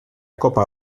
kopa